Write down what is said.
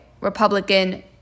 Republican